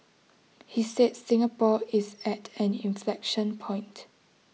he said Singapore is at an inflection point